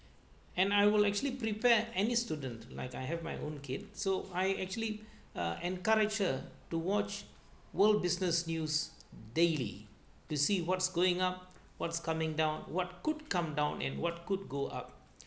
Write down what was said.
and I will actually prepare any student like I have my own kid so I actually uh encourage her to watch world business news daily to see what's going up what's coming down what could come down and what could go up